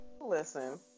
Listen